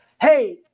Hey